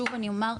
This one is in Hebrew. שוב אני אומר,